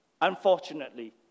unfortunately